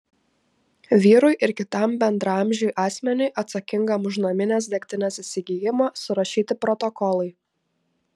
vyrui ir kitam bendraamžiui asmeniui atsakingam už naminės degtinės įsigijimą surašyti protokolai